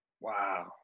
Wow